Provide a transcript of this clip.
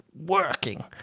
working